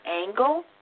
angle